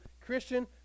Christian